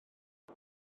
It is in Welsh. mae